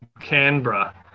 Canberra